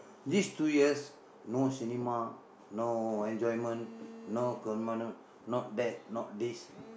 these two years no cinema no enjoyment no no that no this